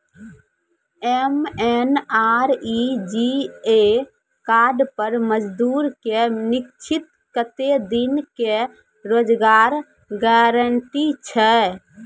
MNREGA card पर मजदुर के निश्चित कत्तेक दिन के रोजगार गारंटी छै?